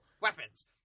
weapons